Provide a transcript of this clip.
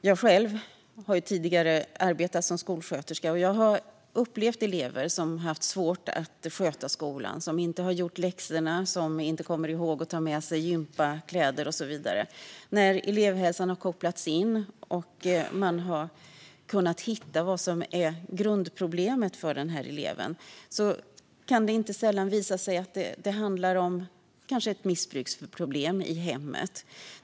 Jag har tidigare arbetat som skolsköterska, och jag har upplevt elever som haft svårt att sköta skolan - som inte har gjort läxorna, som inte har kommit ihåg att ta med sig gympakläder och så vidare. När elevhälsan har kopplats in och vi har kunnat titta på vad som är grundproblemet för eleven har det inte sällan visat sig handla om till exempel ett missbruksproblem i hemmet.